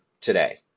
today